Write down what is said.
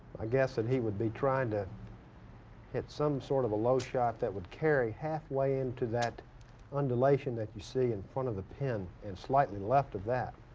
i guess that and he would be trying to hit some sort of a low-shot that would carry halfway into that undulation that you see in front of the pen and slightly left of that.